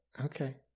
Okay